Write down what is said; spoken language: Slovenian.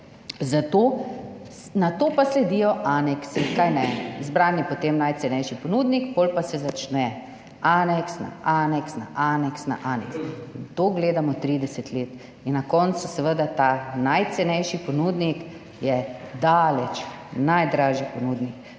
Nato pa sledijo aneksi, kajne? Zbran je potem najcenejši ponudnik, potem pa se začne, aneks na aneks na aneks na aneks. To gledamo 30 let in na koncu je seveda ta najcenejši ponudnik daleč najdražji ponudnik.